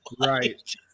Right